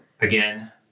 again